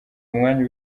umwanya